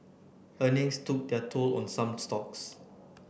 earnings took their toll on some stocks